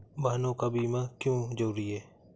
वाहनों का बीमा क्यो जरूरी है?